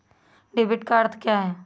Debit का अर्थ क्या है?